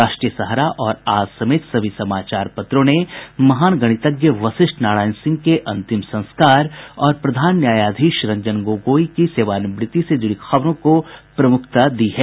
राष्ट्रीय सहारा और आज समेत सभी समाचार पत्रों ने महान गणितज्ञ वशिष्ठ नारायण सिंह के अंतिम संस्कार और प्रधान न्यायाधीश रंजन गोगोई की सेवानिवृति से जुड़ी खबरों को प्रमुखता दी है